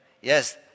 yes